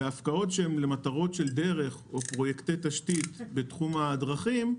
והפקעות שהן למטרות של דרך או פרוייקטי תשתית בתחום הדרכים,